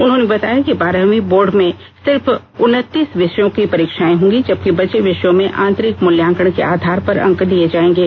उन्होंने बताया कि बारहवीं बोर्ड में सिर्फ उनतीस विषयों की परीक्षाएं होंगी जबकि बचे विषयों में आंतरिक मूल्यांकन के आधार पर अंक दिए जाएंगे